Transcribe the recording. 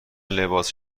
لباس